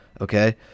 okay